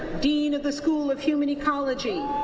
dean of the school of human ecology